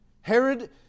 Herod